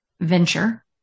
venture